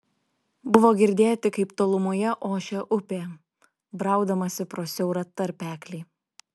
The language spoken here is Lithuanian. buvo girdėti kaip tolumoje ošia upė braudamasi pro siaurą tarpeklį